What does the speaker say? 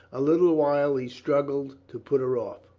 a little while he struggled to put her off.